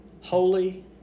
holy